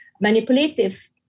manipulative